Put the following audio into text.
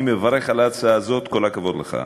אני מברך על ההצעה הזאת, כל הכבוד לך.